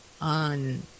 on